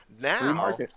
Now